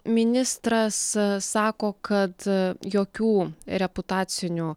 ministras sako kad jokių reputacinių